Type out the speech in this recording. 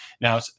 Now